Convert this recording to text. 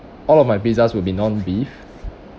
all of my pizzas will be non beef